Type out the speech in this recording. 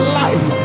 life